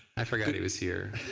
i forgot he was here.